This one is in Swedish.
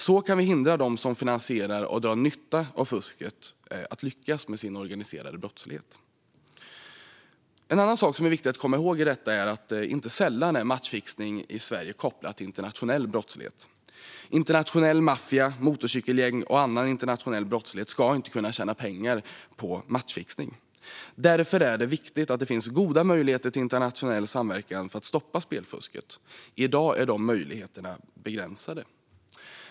Så kan vi hindra dem som finansierar och drar nytta av fusket att lyckas med sin organiserade brottslighet. En annan sak som är viktig att komma ihåg är att matchfixning i Sverige inte sällan är kopplad till internationell brottslighet. Internationell maffia, motorcykelgäng och annan internationell brottslighet ska inte kunna tjäna pengar på matchfixning. Därför är det viktigt att det finns goda möjligheter till internationell samverkan för att stoppa spelfusket. I dag är de möjligheterna begränsade.